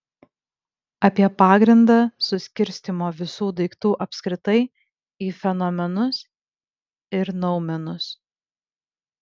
apie pagrindą suskirstymo visų daiktų apskritai į fenomenus ir noumenus